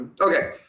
Okay